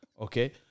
Okay